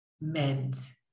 meant